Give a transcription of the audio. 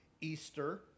Easter